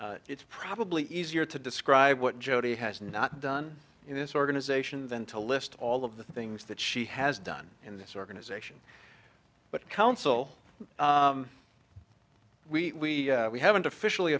it's probably easier to describe what jodi has not done in this organization than to list all of the things that she has done in this organization but counsel we we haven't officially